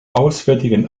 auswärtigen